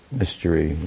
mystery